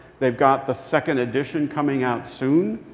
they've got the second edition coming out soon.